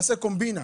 לעשות קומבינה.